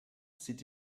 sieht